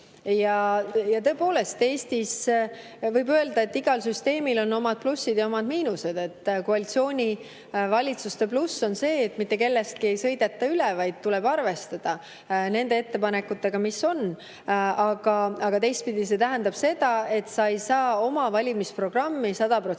Ja tõepoolest, Eestis võib öelda, et igal süsteemil on omad plussid ja omad miinused. Koalitsioonivalitsuste pluss on see, et mitte kellestki ei sõideta üle, vaid tuleb arvestada nende ettepanekutega, mis on. Aga teistpidi see tähendab seda, et sa ei saa oma valimisprogrammi sada